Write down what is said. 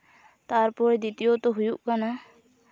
ᱛᱟᱨᱯᱚᱨᱮ ᱫᱤᱛᱤᱭᱚᱛᱚ ᱦᱩᱭᱩᱜ ᱠᱟᱱᱟ